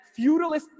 feudalist